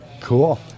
Cool